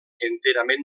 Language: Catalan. enterament